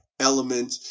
element